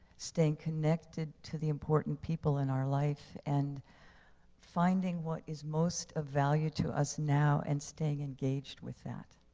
staying connected to the important people in our life and finding what is most of value to us now and staying engaged with that.